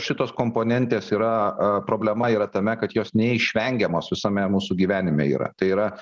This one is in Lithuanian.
šitos komponentės yra problema yra tame kad jos neišvengiamos visame mūsų gyvenime yra tai yra